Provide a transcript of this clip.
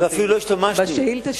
בשאילתא שלי,